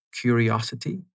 curiosity